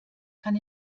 kann